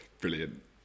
Brilliant